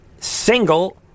single